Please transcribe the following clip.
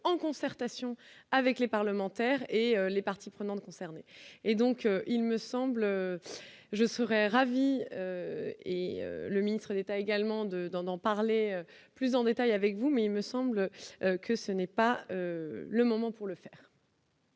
en concertation avec les parlementaires et les parties prenantes concernées et donc il me semble, je serai ravi et le ministre d'État également dedans, d'en parler plus en détails avec vous, mais il me semble que ce n'est pas le moment pour le faire.